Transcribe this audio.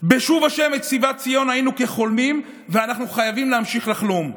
"בשוב ה' את שיבת ציון היינו כחלמים" ואנחנו חייבים להמשיך לחלום,